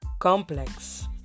complex